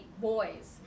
boys